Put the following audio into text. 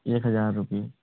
एक हज़ार रुपये